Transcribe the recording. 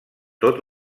tot